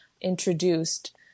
introduced